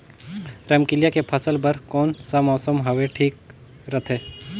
रमकेलिया के फसल बार कोन सा मौसम हवे ठीक रथे?